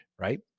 Right